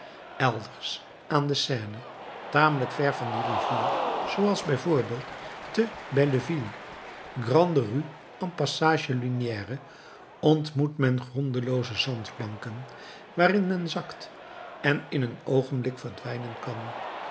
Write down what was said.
elders aan de seine tamelijk ver van die rivier zooals bij voorbeeld te belleville grande rue en passage lunière ontmoet men grondelooze zandbanken waarin men zakt en in een oogenblik verdwijnen kan